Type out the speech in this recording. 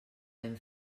ben